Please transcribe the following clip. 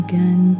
Again